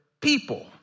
people